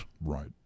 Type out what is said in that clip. Right